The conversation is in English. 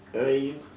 I